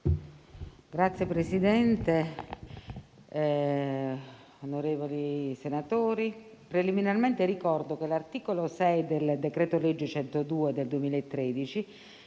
dell'interno*. Onorevoli senatori, preliminarmente ricordo che l'articolo 6 del decreto-legge n. 102 del 2013